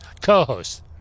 co-host